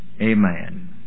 amen